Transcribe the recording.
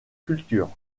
cultures